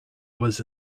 was